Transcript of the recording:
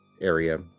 area